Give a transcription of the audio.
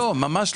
ממש לא.